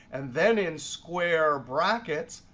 and then in square brackets,